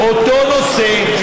אותו נושא,